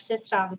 system